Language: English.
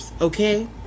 okay